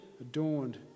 adorned